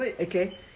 okay